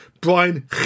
Brian